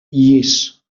llis